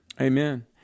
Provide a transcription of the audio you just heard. Amen